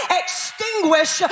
extinguish